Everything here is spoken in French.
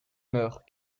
meurt